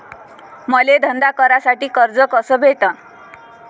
मले धंदा करासाठी कर्ज कस भेटन?